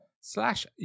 slash